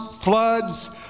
floods